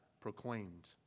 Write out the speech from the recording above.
proclaimed